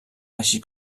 així